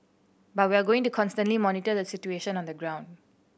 but we are going to constantly monitor the situation on the ground